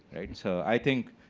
right? and so i think